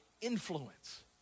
influence